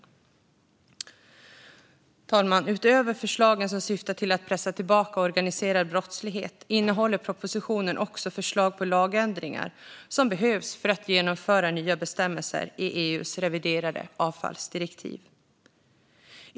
Herr talman! Utöver förslag som syftar till att pressa tillbaka den organiserade brottsligheten innehåller propositionen också förslag på lagändringar som behövs för att genomföra nya bestämmelser i EU:s reviderade avfallsdirektiv.